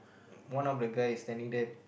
one of the guy is standing there